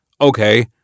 Okay